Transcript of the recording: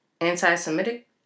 anti-Semitic